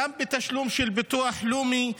גם בתשלום של ביטוח לאומי,